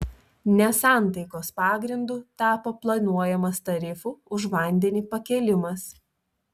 nesantaikos pagrindu tapo planuojamas tarifų už vandenį pakėlimas